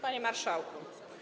Panie Marszałku!